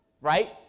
right